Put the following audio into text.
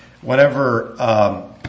whenever